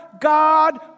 God